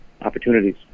opportunities